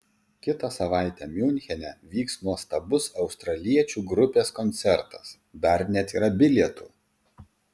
kitą savaitę miunchene vyks nuostabus australiečių grupės koncertas dar net yra bilietų